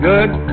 Good